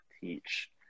teach